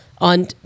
on